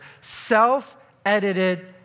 self-edited